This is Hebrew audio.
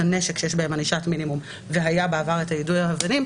לנסיבות ולא רק לראות את הסעיפים ומה העונש הסופי.